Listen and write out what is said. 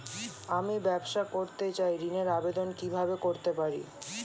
আমি ব্যবসা করতে চাই ঋণের আবেদন কিভাবে করতে পারি?